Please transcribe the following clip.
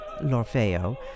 L'Orfeo